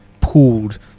pooled